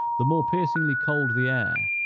the more piercingly cold the air,